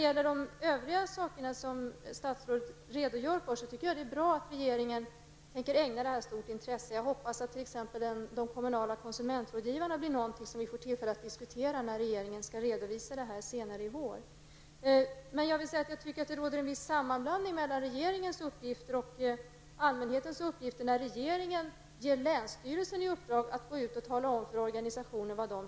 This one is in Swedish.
För övrigt tycker jag att det är bra att regeringen har för avsikt att ägna den här frågan stort intresse. Jag hoppas att vi får tillfälle att diskutera de kommunala konsumentrådgivarna när regeringen skall lämna redovisning senare i vår. Jag anser emellertid att det råder en viss förvirring när det gäller regeringens uppgifter och allmänhetens uppgifter, när regeringen ger länsstyrelsen i uppdrag att gå ut och instruera olika organisationer.